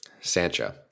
Sancho